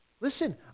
Listen